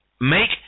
Make